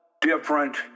different